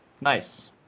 nice